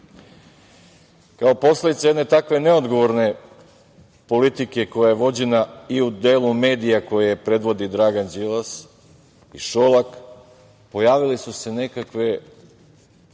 posledica jedne takve neodgovorne politike koja je vođena i u delu medija koje predvodi Dragan Đilas i Šolak pojavile su se nekakve